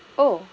oh